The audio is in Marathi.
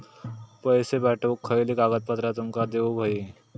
पैशे पाठवुक खयली कागदपत्रा तुमका देऊक व्हयी?